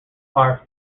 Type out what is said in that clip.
are